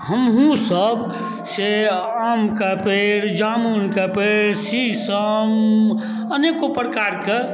हमहूँसब से आमके पेड़ जामुनके पेड़ शीशम अनेको प्रकारके